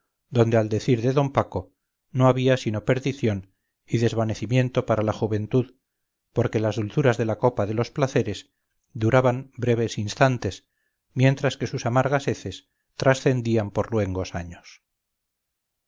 donde al decir de d paco no había sino perdición y desvanecimiento para la juventud porque las dulzuras de la copa de los placeres duraban breves instantes mientras que sus amargas heces trascendían por luengos años